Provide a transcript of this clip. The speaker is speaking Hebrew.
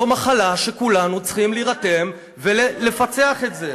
זו מחלה שכולנו צריכים להירתם ולפצח את זה,